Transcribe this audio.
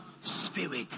spirit